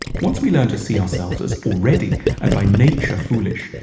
once we learn to see ourselves as already, and by nature, foolish,